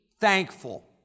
thankful